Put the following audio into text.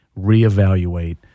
reevaluate